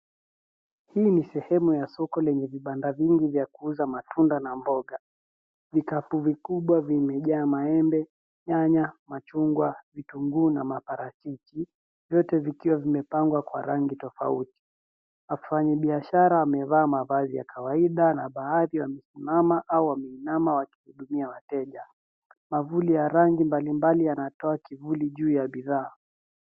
Hii ni sehemu ya soko lenye vibanda vingi vya kuuza matunda na mboga. Vikapu vikubwa vimejaa maembe, nyanya, machungwa, vitunguu na maparachichi vyote vikiwa vimepangwa kwa rangi tofauti. Wafanyi biashara wamevaa mavazi ya kawaida na baadhi wamesimama au wameinama wakihudumia wateja. Miavuli ya rangi mbalimbali yanatoa kivuli juu ya bidhaa.